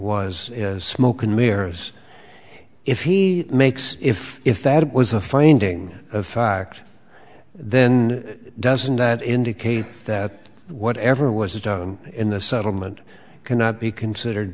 was smoke and mirrors if he makes if if that was a finding of fact then doesn't that indicate that whatever was done in the settlement cannot be considered